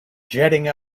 jetting